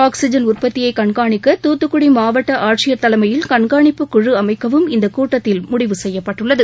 oxygen உற்பத்தியை கண்காணிக்க துத்துக்குடி மாவட்ட ஆட்சியர் தலைமையில் கண்காணிப்புக் குழு அமைக்கவும் இந்தக் கூட்டத்தில் முடிவு செய்யப்பட்டுள்ளது